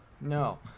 No